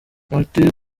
martin